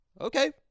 Okay